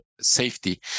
safety